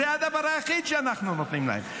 זה הדבר היחיד שאנחנו נותנים להם.